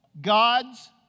God's